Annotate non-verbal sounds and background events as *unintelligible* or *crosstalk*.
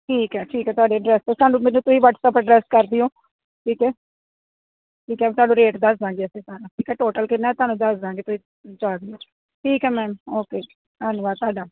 ਠੀਕ ਹੈ ਠੀਕ ਹੈ ਤੁਹਾਡੇ ਅਡਰੈਸ 'ਤੇ ਸਾਨੂੰ ਤੁਸੀਂ ਵੱਟਸਐਪ ਅਡਰੈਸ ਕਰ ਦਇਓ ਠੀਕ ਹੈ ਠੀਕ ਹੈ ਤੁਹਾਨੂੰ ਰੇਟ ਦੱਸ ਦੇਵਾਂਗੇ ਅਸੀਂ ਤੁਹਾਨੂੰ ਠੀਕ ਹੈ ਟੋਟਲ ਕਿੰਨਾ ਤੁਹਾਨੂੰ ਦੱਸ ਦੇਵਾਂਗੇ ਤੁਸੀਂ *unintelligible* ਠੀਕ ਹੈ ਮੈਮ ਓਕੇ ਜੀ ਧੰਨਵਾਦ ਤੁਹਾਡਾ